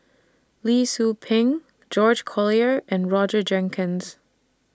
Lee Tzu Pheng George Collyer and Roger Jenkins